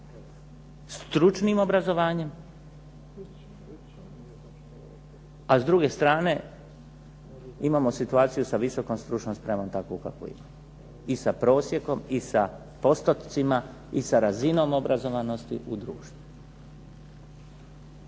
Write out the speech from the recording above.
stručnim obrazovanjem, a s druge strane imamo situaciju sa visokom stručnom spremom takvu kakvu imamo. I sa prosjekom i sa postotcima i sa razinom obrazovanosti u društvu.